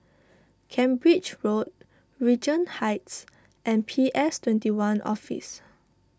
Cambridge Road Regent Heights and P S twenty one Office